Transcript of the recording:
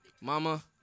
Mama